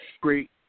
great